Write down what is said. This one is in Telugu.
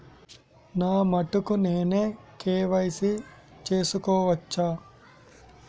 నా మటుకు నేనే కే.వై.సీ చేసుకోవచ్చా?